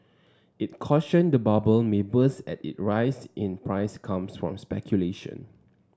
it cautioned that the bubble may burst as its rise in price comes from speculation